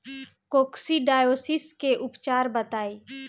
Coccidiosis के उपचार बताई?